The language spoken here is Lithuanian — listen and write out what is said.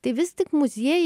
tai vis tik muziejai